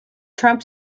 trump